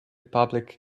public